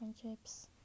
friendships